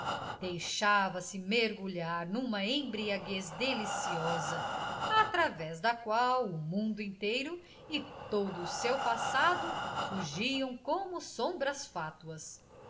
sentidos deixava-se mergulhar numa embriaguez deliciosa através da qual o mundo inteiro e todo o seu passado fugiam como sombras fátuas